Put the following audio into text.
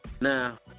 Now